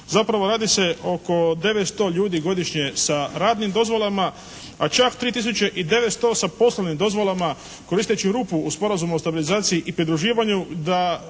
Zapravo radi se oko 900 ljudi godišnje sa radnim dozvolama a čak 3 tisuće i 900 sa posebnim dozvolama koristeći rupu u sporazumu o stabilizaciji i pridruživanju